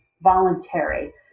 voluntary